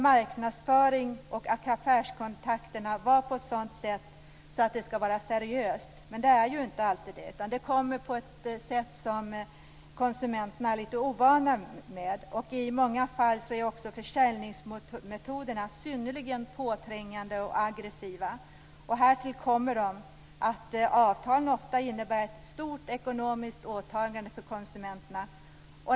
Marknadsföringen och affärskontakterna måste vara seriösa, men det är de inte alltid, utan det sker på ett sådant sätt som konsumenterna är litet ovana vid. I många fall är försäljningsmetoderna synnerligen påträngande och aggressiva. Härtill kommer att avtal ofta innebär ett stort ekonomiskt åtagande för konsumenterna.